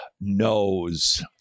knows